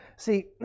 See